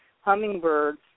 hummingbirds